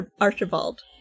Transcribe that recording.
Archibald